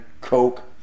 Coke